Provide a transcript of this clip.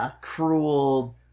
cruel